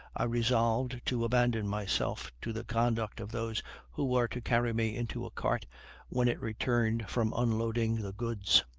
i resolved to abandon myself to the conduct of those who were to carry me into a cart when it returned from unloading the goods.